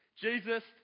Jesus